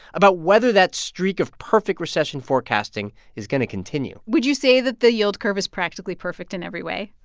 about whether that streak of perfect recession forecasting is going to continue would you say that the yield curve is practically perfect in every way?